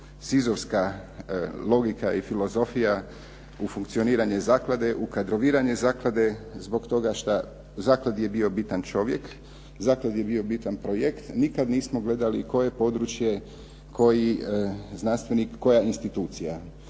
sizifovska logika i filozofija u funkcioniranje zaklade u kadroviranje zaklade zbog toga što zakladi je bio bitan čovjek, zakladi je bio bitan projekt, nikada nismo gledali koje područje, koji znanstvenik, koja institucija.